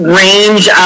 range